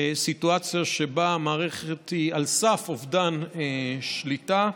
סיטואציה שבה המערכת היא על סף אובדן שליטה.